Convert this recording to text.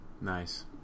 nice